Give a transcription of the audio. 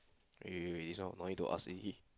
wait wait wait this one no need to ask already